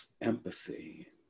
empathy